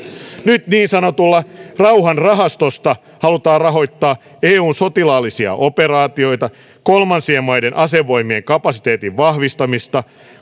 nyt niin sanotusta rauhanrahastosta halutaan rahoittaa eun sotilaallisia operaatioita kolmansien maiden asevoimien kapasiteetin vahvistamista